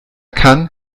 kann